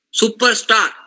superstar